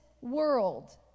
world